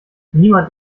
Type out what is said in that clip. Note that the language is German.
niemand